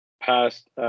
past